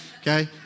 okay